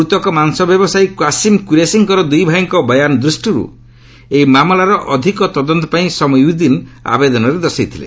ମୃତକ ମାଂସ ବ୍ୟବସାୟୀ କ୍ତାସିମ୍ କୁରେସିଙ୍କର ଦୁଇଭାଇଙ୍କ ବୟାନ ଦୃଷ୍ଟିରୁ ଏହି ମାମଲାର ଅଧିକ ତଦନ୍ତ ପାଇଁ ସମିଓ୍ବିଦିନ୍ ଆବେଦନରେ ଦର୍ଶାଇଥିଲେ